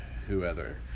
whoever